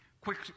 quick